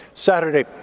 Saturday